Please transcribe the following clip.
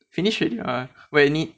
finish it or what 喂你